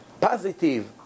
positive